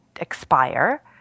expire